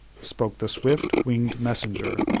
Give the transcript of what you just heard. spoke the swift-winged messenger,